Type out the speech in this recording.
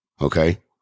okay